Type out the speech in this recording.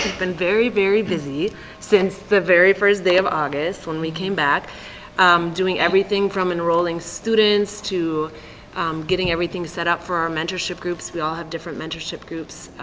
and been very, very busy since the very first day of august when we came back doing everything from enrolling students to getting everything set up for our mentorship groups. we all have different mentorship groups,